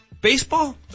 baseball